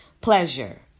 pleasure